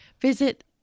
visit